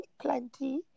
Plenty